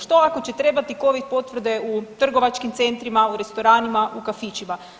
Što ako će trebati Covid potvrde u trgovačkim centrima, u restoranima, u kafićima.